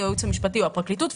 הייעוץ המשפטי או הפרקליטות,